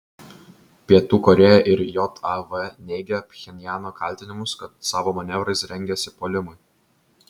pietų korėja ir jav neigia pchenjano kaltinimus kad savo manevrais rengiasi puolimui